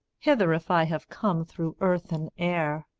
hither if i have come through earth and air,